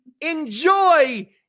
Enjoy